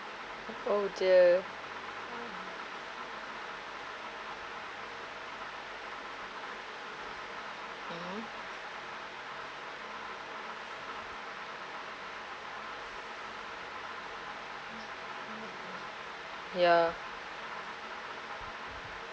oh dear yeah